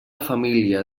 família